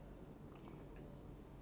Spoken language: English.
durable